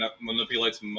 manipulates